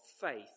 faith